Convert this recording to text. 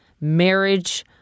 marriage